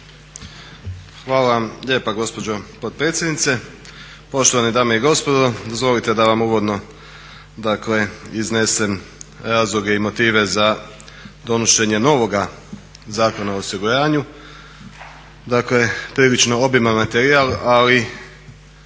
Hvala vam lijepa gospođo potpredsjednice, poštovane dame i gospodo. Dozvolite da vam uvodno, dakle iznesem razloge i motive za donošenje novoga Zakona o osiguranju. Dakle, prilično obiman materijal, ali